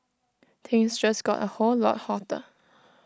things just got A whole lot hotter